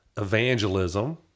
evangelism